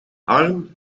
arm